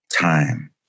time